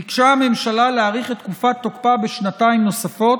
ביקשה הממשלה להאריך את תקופת תוקפה בשנתיים נוספות.